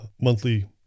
monthly